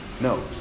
No